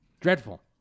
dreadful